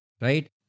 Right